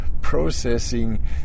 processing